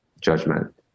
judgment